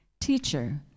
Teacher